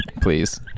please